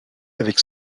avec